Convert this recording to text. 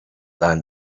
than